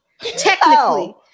Technically